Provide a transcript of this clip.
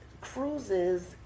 cruises